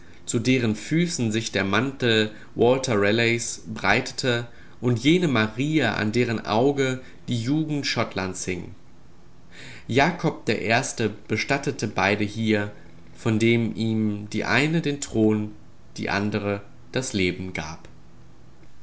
zu deren füßen sich der mantel walter raleighs breitete und jene maria an deren auge die jugend schottlands hing jakob i bestattete beide hier von denen ihm die eine den thron die andre das leben gab